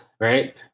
Right